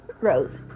Rose